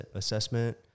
assessment